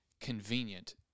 convenient